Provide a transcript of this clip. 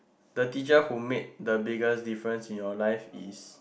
the teacher who made the biggest difference in your life is